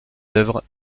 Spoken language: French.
œuvres